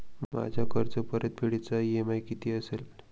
माझ्या कर्जपरतफेडीचा इ.एम.आय किती असेल?